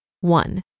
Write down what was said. One